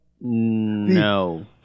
No